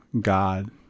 God